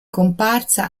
comparsa